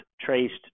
traced